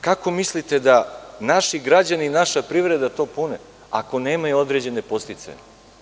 Kako mislite da naši građani i naša privreda to pune ako nemaju određene podsticaje?